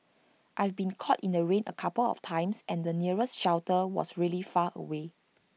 I've been caught in the rain A couple of times and the nearest shelter was really far away